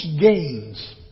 gains